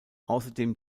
außerdem